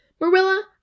Marilla